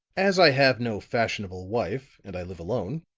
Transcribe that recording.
as i have no fashionable wife and i live alone,